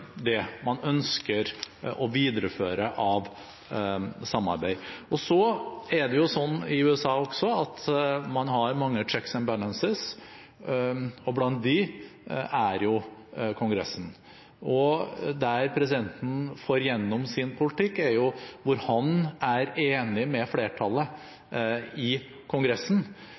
det man ønsker å videreføre av samarbeid. Så er det også slik i USA at man har mange «checks and balances», og blant dem er Kongressen. Der presidenten får igjennom sin politikk, er hvor han er enig med flertallet i Kongressen.